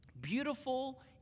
Beautiful